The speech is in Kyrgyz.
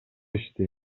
иште